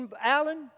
Alan